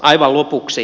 aivan lopuksi